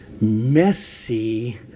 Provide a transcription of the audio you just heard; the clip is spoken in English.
messy